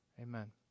Amen